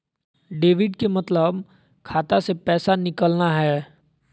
debit के मतलब खाता से पैसा निकलना हय